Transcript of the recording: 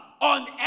on